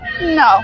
No